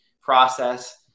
process